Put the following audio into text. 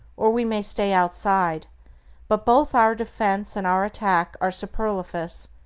or we may stay outside but both our defense and our attack are superfluous,